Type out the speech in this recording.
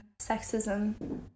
sexism